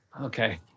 Okay